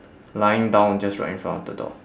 lying down just right in front of the door